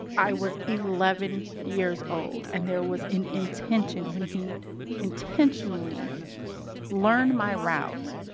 i was eleven years old and there was an intention when he intentionally learned my route